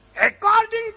According